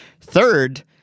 Third